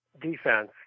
defense